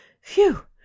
phew